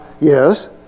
Yes